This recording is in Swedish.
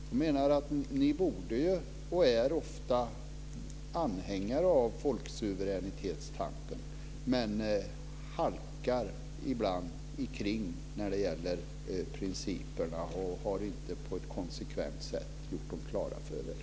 Jag menar att ni borde vara, och ofta är, anhängare av folksuveränitetstanken. Men ni halkar ibland omkring när det gäller principerna och har inte på ett konsekvent sätt gjort dem klara för er.